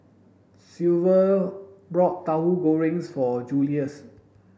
silver bought Tauhu Goreng for Julious